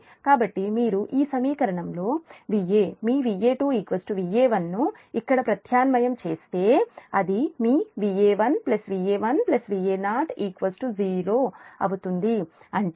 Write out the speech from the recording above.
కాబట్టి మీరు ఈ సమీకరణంలో Va మీ Va2 Va1ను ఇక్కడ ప్రత్యామ్నాయం చేస్తే అది మీ Va1Va1Va0 0 అవుతుంది అంటే Va1 Va02